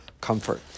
comfort